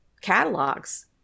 catalogs